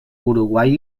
uruguai